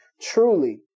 Truly